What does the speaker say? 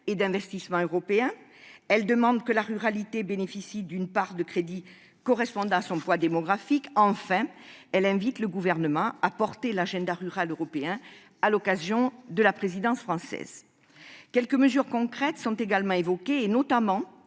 et d'investissement ; elle demande que la ruralité bénéficie de crédits correspondant à son poids démographique ; enfin, elle invite le Gouvernement à soutenir cet agenda rural européen à l'occasion de la présidence française de l'Union européenne. Quelques mesures concrètes sont également évoquées, notamment